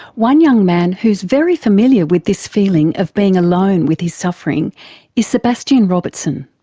one young man who's very familiar with this feeling of being alone with his suffering is sebastien robertson.